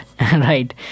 Right